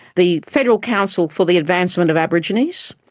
the federal council for the advancement of aborigines.